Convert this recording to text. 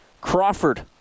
Crawford